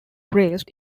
raised